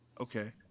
Okay